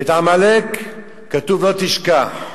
ועל עמלק כתוב: לא תשכח.